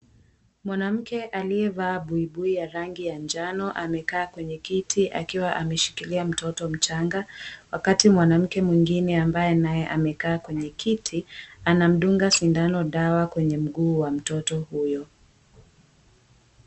Mwanamke aliyevaa buibui ya rangi ya njano, amekaa kwenye kiti akiwa ameshikilia mtoto mchanga. Wakati mwanamke mwingine ambaye naye amekaa kwenye kiti, anamdunga sindano dawa kwenye mguu wa mtoto huyo.